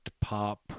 pop